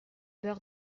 peur